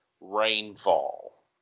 rainfall